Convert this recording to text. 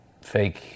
fake